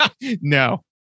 no